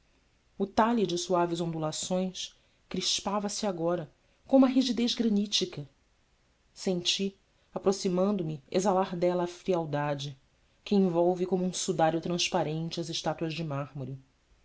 o talhe de suaves ondulações crispava se agora com uma rigidez granítica senti aproximando me exalar se dela a frialdade que envolve como um sudário transparente as estátuas de mármore